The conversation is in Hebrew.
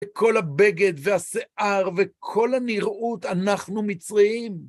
וכל הבגד, והשיער, וכל הנראות, אנחנו מצריים.